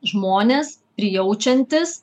žmonės prijaučiantys